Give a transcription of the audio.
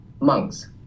monks